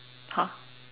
!huh!